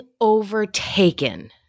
overtaken